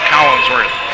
Collinsworth